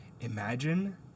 Imagine